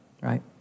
right